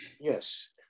Yes